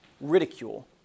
ridicule